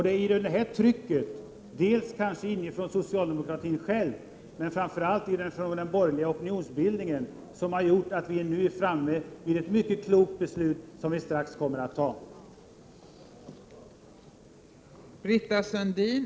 Det är detta tryck dels kanske inifrån socialdemokratin själv, dels från den borgerliga opinionen som har gjort att vi nu strax kommer att fatta ett mycket klokt beslut.